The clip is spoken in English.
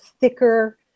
thicker